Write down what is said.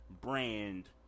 brand